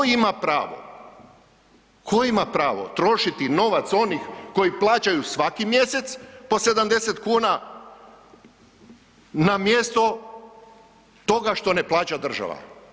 Tko ima pravo, tko ima pravo trošiti novac onih koji plaćaju svaki mjesec po 70 kuna, na mjesto toga što ne plaća država.